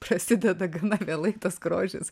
prasideda gana vėlai tas grožis